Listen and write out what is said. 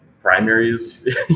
primaries